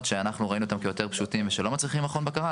שאנחנו ראינו אותם כיותר פשוטים ושלא מצריכים מכון בקרה,